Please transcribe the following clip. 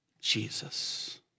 Jesus